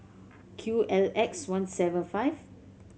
Q L X one seven five